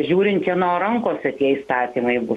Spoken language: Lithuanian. žiūrint kieno rankose tie įstatymai bus